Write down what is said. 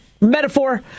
metaphor